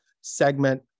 segment